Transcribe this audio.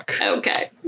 Okay